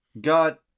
got